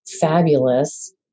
fabulous